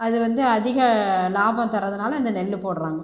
அது வந்து அதிக லாபம் தரதுனால் அந்த நெல்லு போடுறாங்கள்